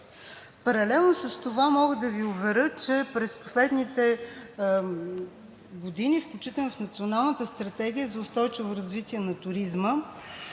Паралелно с това, мога да Ви уверя, че през последните години, включително и в Националната стратегия за устойчиво развитие на туризма,